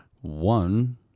one